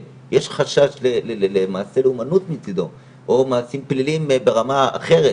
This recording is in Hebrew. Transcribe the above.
ויש חשש למעשי לאומנות מצידו או מעשים פליליים ברמה אחרת,